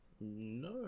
No